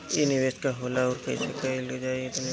इ निवेस का होला अउर कइसे कइल जाई तनि बताईं?